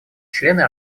члены